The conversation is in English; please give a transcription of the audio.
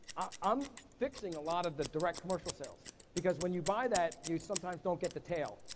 i'm fixing a lot of the direct commercial sales because when you buy that, you sometimes don't get the tail.